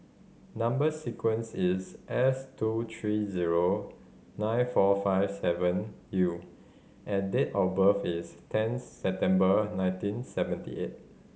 number sequence is S two three zero nine four five seven U and date of birth is ten September nineteen seventy eight